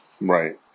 Right